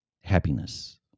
happiness